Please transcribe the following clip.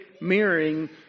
mirroring